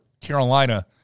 Carolina